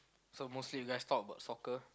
so mostly less talk about soccer